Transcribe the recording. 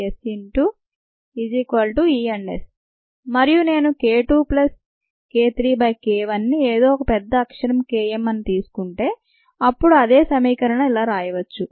EtSk2k3k1SES మరియు నేను k2 plus k3 by k1 ని ఏదో పెద్ద అక్షరం K m అని తీసుకుంటే అప్పుడు అదే సమీకరణాన్ని ఇలా రాయొచ్చు